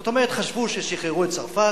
זאת אומרת, חשבו ששחררו את צרפת,